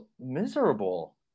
miserable